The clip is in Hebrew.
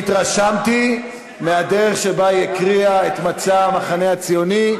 התרשמתי מהדרך שבה היא הקריאה את מצע המחנה הציוני,